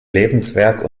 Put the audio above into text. lebensweg